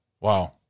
Wow